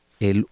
El